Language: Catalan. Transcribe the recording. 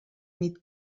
nit